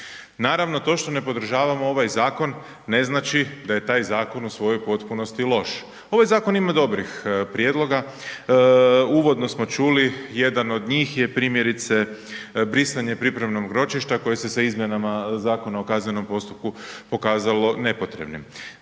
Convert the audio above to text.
Naravno to što ne podržavamo ovaj zakon, ne znači da je taj zakon u svojoj potpunosti loš. Ovaj zakon ima dobrih prijedloga, uvodno smo čuli jedan od njih je primjerice brisanje pripremnog ročišta koji se sa izmjenama ZKP-a pokazalo nepotrebnim.